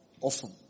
often